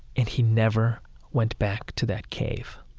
and he never went back to that cave.